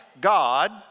God